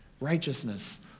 righteousness